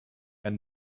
and